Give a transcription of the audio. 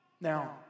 Now